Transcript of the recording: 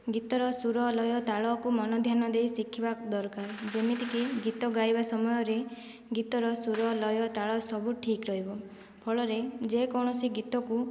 ଗୀତର ସୁର ଲୟ ତାଳକୁ ମନ ଧ୍ୟାନ ଦେଇ ଶିଖିବା ଦରକାର ଯେମିତିକି ଗୀତ ଗାଇବା ସମୟରେ ଗୀତର ସୁର ଲୟ ତାଳ ସବୁ ଠିକ ରହିବ ଫଳରେ ଯେକୌଣସି ଗୀତକୁ